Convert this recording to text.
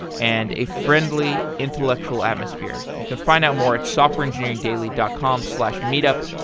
and a friendly intellectual atmosphere. you could find out more at softwareengineeringdaily dot com slash meetup.